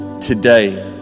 today